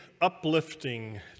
uplifting